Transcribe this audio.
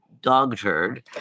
Dogturd